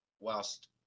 whilst